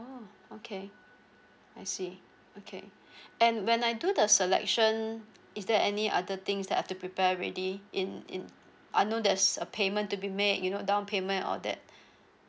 oh okay I see okay and when I do the selection is there any other things that I've to prepare ready in in I know there's a payment to be made you know down payment all that